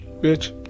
bitch